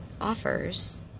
offers